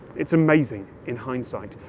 it's amazing, in hindsight,